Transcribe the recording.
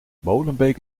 molenbeek